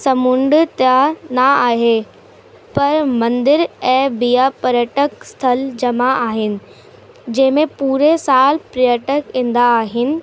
समुंड त न आहे पर मंदर ऐं ॿिया पर्यटक स्थल जमा आहिनि जंहिंमें पूरे सालु पर्यटक ईंदा आहिनि